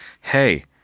Hey